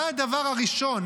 מה הדבר הראשון?